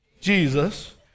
Jesus